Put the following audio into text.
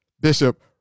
Bishop